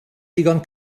digon